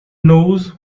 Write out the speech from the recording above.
knows